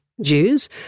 Jews